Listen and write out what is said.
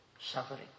suffering